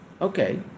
Okay